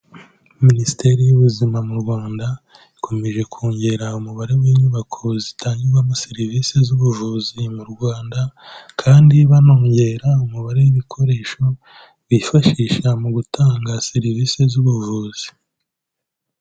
Minisiteri y'Ubuzima mu Rwanda ikomeje kongera umubare w'inyubako zitangirwamo serivise z'ubuvuzi mu Rwanda kandi banongera umubare w'ibikoresho bifashisha mu gutanga serivise z'ubuvuzi.